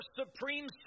supreme